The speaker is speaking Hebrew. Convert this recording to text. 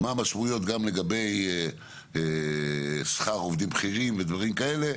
מה המשמעויות גם לגבי שכר עובדים בכירים ודברים כאלה,